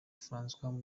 francois